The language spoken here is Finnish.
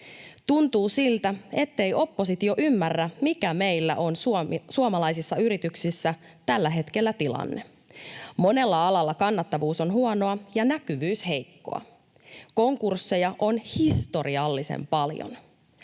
Tuntuu siltä, ettei oppositio ymmärrä, mikä meillä on suomalaisissa yrityksissä tällä hetkellä tilanne. Monella alalla kannattavuus on huonoa ja näkyvyys heikkoa. Konkursseja on historiallisen paljon.